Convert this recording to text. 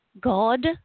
God